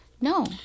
No